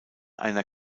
einer